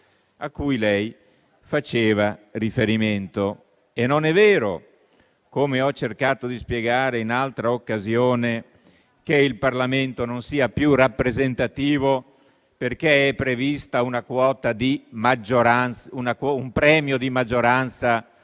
cui lei faceva riferimento. Non è vero, come ho cercato di spiegare in altra occasione, che il Parlamento non sia più rappresentativo perché è previsto un premio di maggioranza